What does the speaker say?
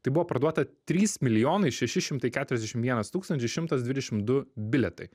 tai buvo parduota trys milijonai šeši šimtai keturiasdešim vienas tūkstantis šimtas dvidešim du bilietai